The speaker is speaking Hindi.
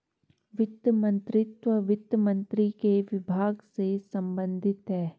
वित्त मंत्रीत्व वित्त मंत्री के विभाग से संबंधित है